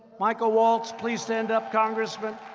michael waltz, please stand up. congressmen.